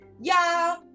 y'all